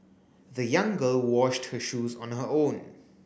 the young girl washed her shoes on her own